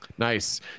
Nice